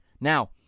Now